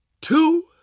two